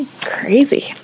crazy